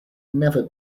never